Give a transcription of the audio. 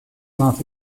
nach